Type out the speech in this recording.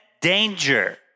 danger